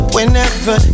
Whenever